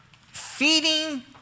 feeding